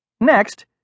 Next